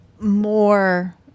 more